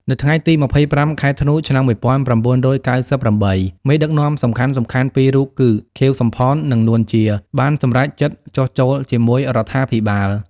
នៅថ្ងៃទី២៥ ខែធ្នូ ឆ្នាំ១៩៩៨ មេដឹកនាំសំខាន់ៗពីររូបគឺ ខៀវ សំផន និង នួន ជា បានសម្រេចចិត្តចុះចូលជាមួយរដ្ឋាភិបាល។